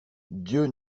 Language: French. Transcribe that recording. dieu